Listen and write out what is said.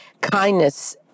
kindness